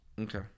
Okay